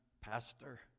pastor